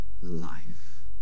life